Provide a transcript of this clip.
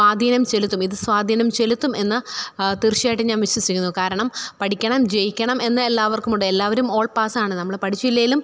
സ്വാധീനം ചെലുത്തും ഇത് സ്വാധീനം ചെലുത്തും എന്ന് തീര്ച്ചയായിട്ടും ഞാന് വിശ്വസിക്കുന്നു കാരണം പഠിക്കണം ജയിക്കണം എന്ന് എല്ലാവര്ക്കുമുണ്ട് എല്ലാവരും ഓള് പാസാണ് നമ്മൾ പഠിച്ചില്ലെങ്കിലും